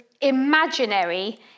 imaginary